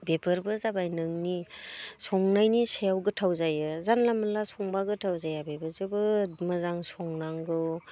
बेफोरबो जाबाय नोंनि संनायनि सायाव गोथाव जायो जानला मोनला संब्ला गोथाव जाया बेबो जोबोद मोजां संनांगौ